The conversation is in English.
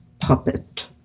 puppet